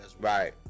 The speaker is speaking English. Right